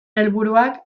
helburuak